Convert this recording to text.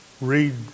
read